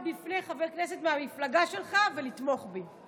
מול חבר הכנסת מהמפלגה שלך ולתמוך בי.